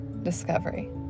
Discovery